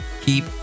keep